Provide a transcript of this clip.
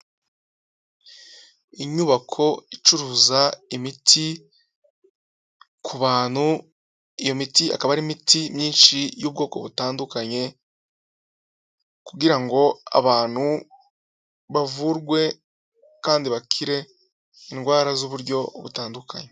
Inyubako icuruza imiti ku bantu, iyo miti ikaba ari imiti myinshi y'ubwoko butandukanye, kugira ngo abantu bavurwe kandi bakire indwara z'uburyo butandukanye.